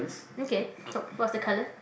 okay so what's the color